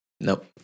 Nope